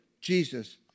Jesus